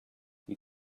you